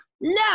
No